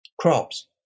crops